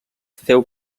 féu